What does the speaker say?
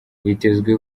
hitezwe